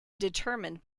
determined